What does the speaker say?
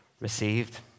received